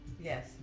Yes